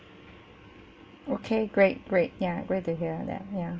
okay great great ya great to hear that ya